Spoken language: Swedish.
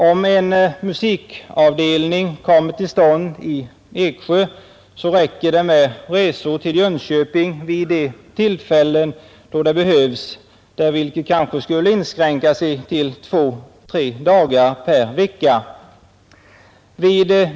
Om en musikavdelning kommer till stånd i Eksjö räcker det med resor till Jönköping vid de tillfällen då de behövs där, vilket kanske skulle inskränka sig till två tre dagar per vecka.